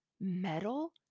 metal